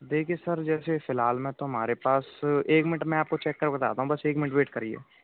देखिए सर जैसे फ़िलहाल में तो हमारे पास एक मिनट मैं आपको चेक करके बताता हूँ बस एक मिनट वेट करिए